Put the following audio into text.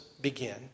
begin